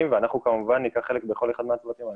ואנחנו כמובן ניקח חלק בכל אחד מהצוותים האלה.